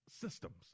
systems